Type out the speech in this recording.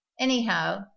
Anyhow